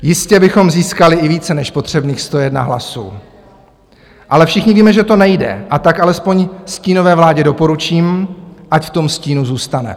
Jistě bychom získali i více než potřebných 101 hlasů, ale všichni víme, že to nejde, a tak alespoň stínové vládě doporučím, ať v tom stínu zůstane.